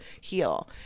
heal